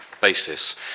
basis